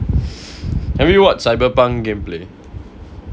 have you watched Cyberpunk game play